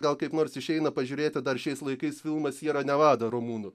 gal kaip nors išeina pažiūrėti dar šiais laikais filmą siera nevada rumunų